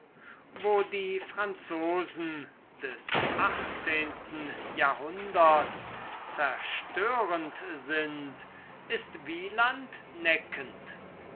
wo die franzosen des achtzehnten jahrhunderts zerstörend sind ist wieland neckend